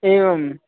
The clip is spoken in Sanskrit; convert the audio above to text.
एवम्